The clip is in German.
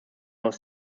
aus